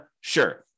Sure